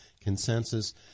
consensus